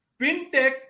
FinTech